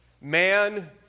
man